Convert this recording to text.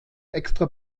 extra